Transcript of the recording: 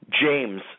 James